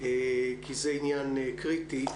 כי זה עניין קריטי.